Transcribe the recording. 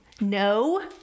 no